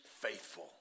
faithful